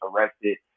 arrested